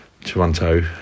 Toronto